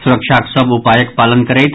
सुरक्षाक सभ उपायक पालन करैथ